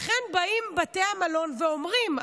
לכן בתי המלון אומרים,